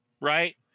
right